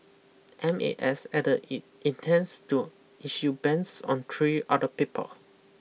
M A S added it intends to issue bans on three other people